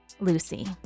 Lucy